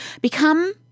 Become